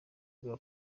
bwa